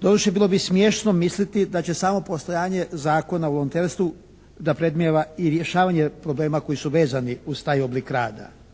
Doduše bilo bi smiješno misliti da će samo postojanje Zakona o volonterstvu da predmnijeva i rješavanje problema koji su vezani uz taj oblik rada.